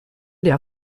der